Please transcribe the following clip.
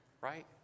right